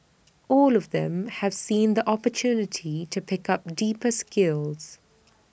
all of them have seen the opportunity to pick up deeper skills